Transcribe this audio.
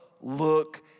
look